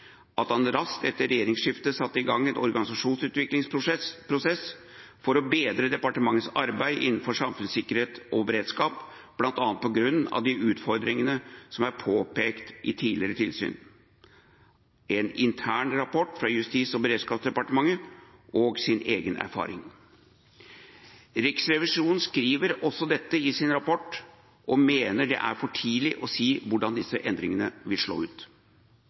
at han raskt etter regjeringsskiftet satte i gang en organisasjonsutviklingsprosess for å bedre departementets arbeid innenfor samfunnssikkerhet og beredskap, bl.a. på grunn av de utfordringene som var påpekt i tidligere tilsyn, en intern rapport fra Justis- og beredskapsdepartementet og sin egen erfaring. Riksrevisjonen skriver også dette i sin rapport og mener at det er for tidlig å si hvordan disse endringene vil slå ut.